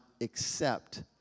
accept